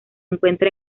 encuentra